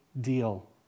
deal